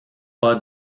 pas